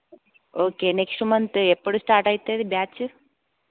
okay next month ఎప్పుడు start అవుతుంది batch